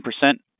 percent